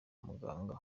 muganga